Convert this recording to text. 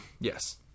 Yes